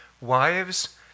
Wives